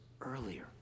earlier